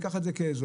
ייקח את זה כאזור,